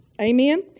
Amen